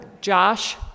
Josh